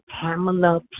Pamela